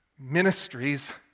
ministries